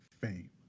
fame